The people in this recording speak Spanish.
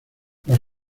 los